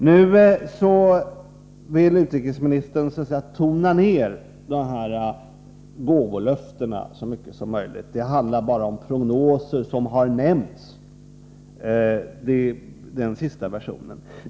Nu vill utrikesministern tona ned gåvolöftena så mycket som möjligt: det handlar bara om prognoser som har nämnts. Det är den sista versionen.